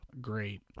great